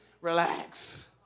relax